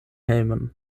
hejmen